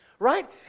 Right